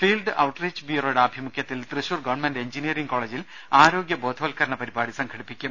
field outreach ബ്യൂറോയുടെ ആഭിമുഖ്യത്തിൽ Thrissur government engineering കോളജിൽ ആരോഗ്യ ബോധവത്കരണ പരിപാടി സംഘടിപ്പിക്കും